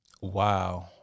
Wow